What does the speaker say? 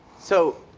so